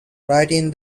writing